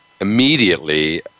immediately